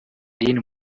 lin